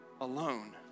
alone